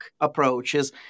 approaches